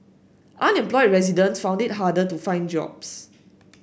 unemployed residents found it harder to find jobs